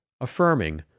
affirming